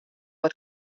wat